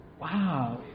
Wow